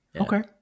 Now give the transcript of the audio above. Okay